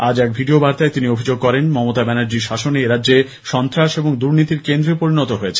আজ এক ভিডিও বার্তায় তিনি অভিযোগ করেন মমতা ব্যানার্জির শাসনে এরাজ্য সন্ত্রাস এবং দুর্নীতির কেন্দ্রে পরিণত হয়েছে